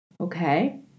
okay